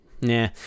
Nah